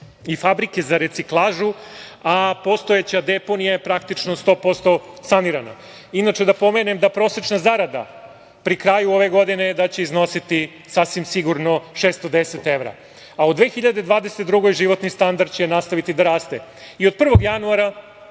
i fabrike za reciklažu, a postojeća deponija je praktično 100% sanirana. Inače, da pomenem da prosečna zarada pri kraju ove godine će iznositi sasvim sigurno 610 evra, a u 2022. godini životni standard će nastaviti da raste. Od 1. januara,